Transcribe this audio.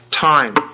time